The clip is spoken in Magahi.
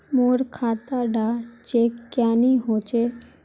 मोर खाता डा चेक क्यानी होचए?